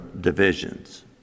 divisions